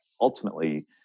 Ultimately